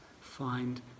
find